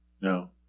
no